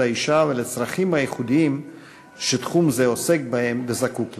האישה ולצרכים הייחודיים שתחום זה עוסק בהם וזקוק להם.